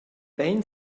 bein